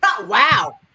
Wow